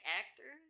actor